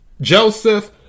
Joseph